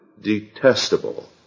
detestable